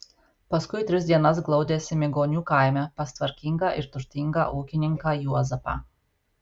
paskui tris dienas glaudėsi migonių kaime pas tvarkingą ir turtingą ūkininką juozapą